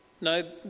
No